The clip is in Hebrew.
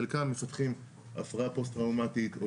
חלקם מפתחים הפרעה פוסט טראומתית,